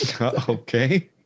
Okay